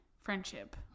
Friendship